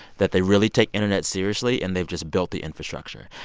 that they really take internet seriously, and they've just built the infrastructure.